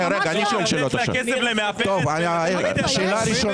להשתמש בכסף למאפרת --- אתה לא מתבייש?